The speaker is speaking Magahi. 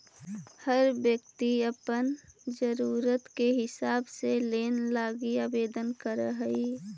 हर व्यक्ति अपन ज़रूरत के हिसाब से लोन लागी आवेदन कर हई